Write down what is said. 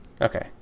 okay